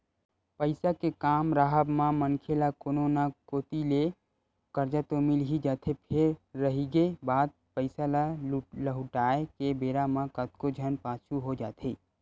पइसा के काम राहब म मनखे ल कोनो न कोती ले करजा तो मिल ही जाथे फेर रहिगे बात पइसा ल लहुटाय के बेरा म कतको झन पाछू हो जाथे